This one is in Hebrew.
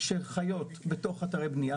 שחיות בתוך אתרי בנייה